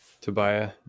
tobiah